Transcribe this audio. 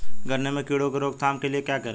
गन्ने में कीड़ों की रोक थाम के लिये क्या करें?